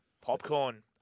Popcorn